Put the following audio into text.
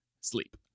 Sleep